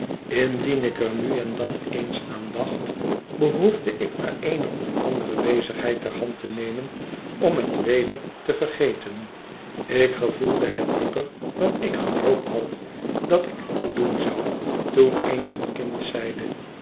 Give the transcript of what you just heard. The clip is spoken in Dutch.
indien ik er nu en dan eens aan dacht behoefde ik maar eene of andere bezigheid ter hand te nemen om het weder te vergeten ik gevoelde het dieper dan ik gehoopt had dat ik doen zou toen eens een kind zeide